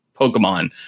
Pokemon